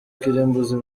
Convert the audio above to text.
kirimbuzi